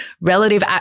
relative